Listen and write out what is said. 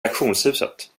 auktionshuset